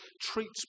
treats